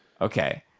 okay